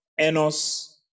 Enos